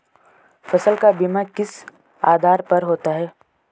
फसल का बीमा किस आधार पर होता है?